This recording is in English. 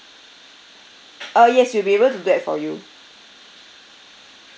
uh yes we'll be able to do that for you